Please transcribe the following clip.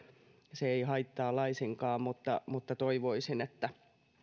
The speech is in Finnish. se ei haittaa laisinkaan mutta mutta toivoisin että